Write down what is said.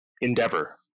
endeavor